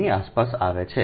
183 ની આસપાસ આવે છે